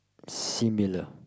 similar